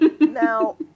now